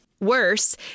Worse